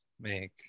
make